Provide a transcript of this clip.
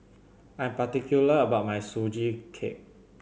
I am particular about my Sugee Cake